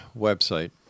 website